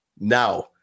Now